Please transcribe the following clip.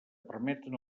permeten